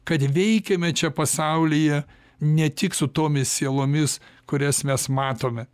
kad veikiame čia pasaulyje ne tik su tomis sielomis kurias mes matome